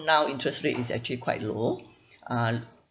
now interest rate is actually quite low uh